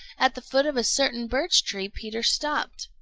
at the foot of a certain birch-tree peter stopped.